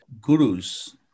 gurus